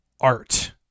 art